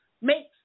make